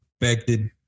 expected